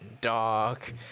dark